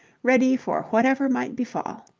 ready for whatever might befall.